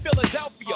philadelphia